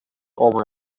over